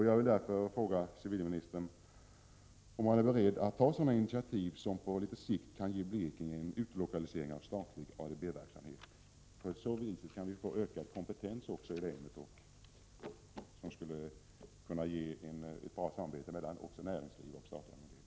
Jag vill därför fråga civilministern om han är beredd att ta initiativ som på litet sikt kan medföra att Blekinge får del av en utlokalisering av statlig ADB-verksamhet. På så vis skulle vi kunna få ökad kompetens i länet och ett bra samarbete mellan privat näringsliv och statlig verksamhet.